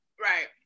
Right